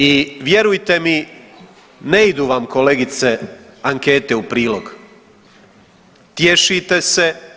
I vjerujte mi, ne idu vam kolegice ankete u prilog, tješite se.